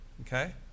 Okay